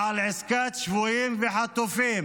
על עסקת שבויים וחטופים